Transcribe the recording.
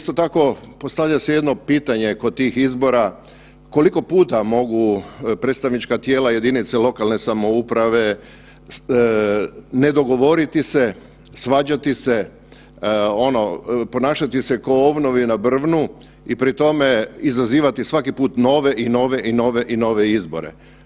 Isto tako postavlja se jedno pitanje kod tih izbora, koliko puta mogu predstavnička tijela jedinica lokalne samouprave ne dogovoriti se, svađati se, ono ponašati se ko ovnovi na brvnu i pri tome izazivati svaki put nove i nove i nove i nove izbore.